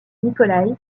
nikolaï